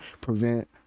prevent